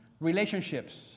relationships